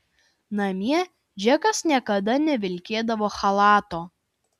namie džekas niekada nevilkėdavo chalato